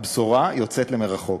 הבשורה יוצאת למרחוק.